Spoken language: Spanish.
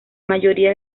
mayoría